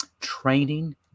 training